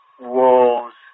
wolves